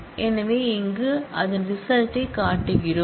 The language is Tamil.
எனவே இங்கே நாம் அதன் ரிசல்ட்டை காட்டுகிறோம்